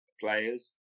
players